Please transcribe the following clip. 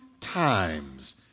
times